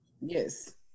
Yes